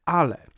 ale